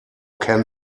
can